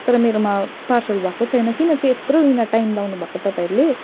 तर मेरोमा पार्सल भएको छैन किन चाहिँ यत्रो बिना टाइम लगाउनुभएको तपाईँहरूले